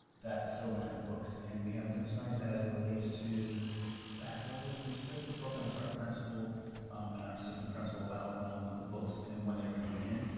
that still don't have books, and we have concerns as it relates to back orders. we've spoken spoken and to our principal um and our assistant principal about the books and when they are coming in,